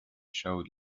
showed